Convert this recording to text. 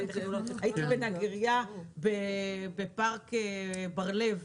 הייתי בנגריה בפארק בר לב,